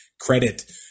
credit